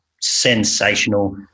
sensational